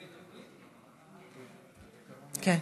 כן,